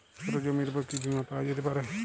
ছোট জমির উপর কি বীমা পাওয়া যেতে পারে?